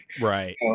Right